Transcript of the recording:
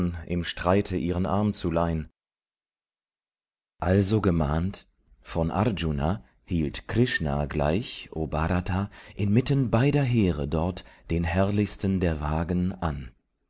im streite ihren arm zu leihn also gemahnt von arjuna hielt krishna gleich o bhrata inmitten beider heere dort den herrlichsten der wagen an